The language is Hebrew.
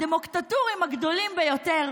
הדמוקטטורים הגדולים ביותר,